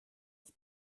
ich